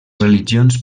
religions